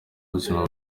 buzima